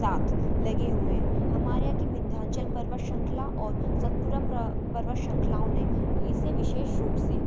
साथ लगे हुए हैं हमारे यहाँ की विंध्याचल पर्वत शृंखला और सतपुड़ा पर्वत श्रंखलाओं ने इसे विशेष रूप से